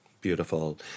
Beautiful